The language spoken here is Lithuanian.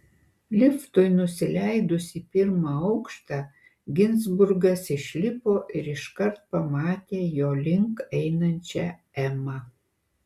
liftui nusileidus į pirmą aukštą ginzburgas išlipo ir iškart pamatė jo link einančią emą